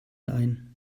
ein